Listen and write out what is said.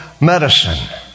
medicine